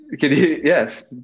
yes